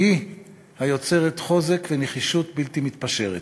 היא היוצרת חוזק ונחישות בלתי מתפשרת.